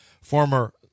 former